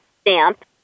stamp